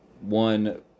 one